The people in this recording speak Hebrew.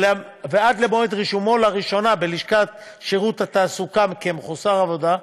ועד למועד רישומו לראשונה בלשכת שירות התעסוקה כמחוסר עבודה,